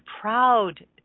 proud